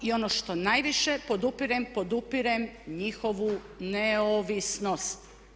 I ono što najviše podupirem, podupirem njihovu neovisnost.